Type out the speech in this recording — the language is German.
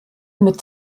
mit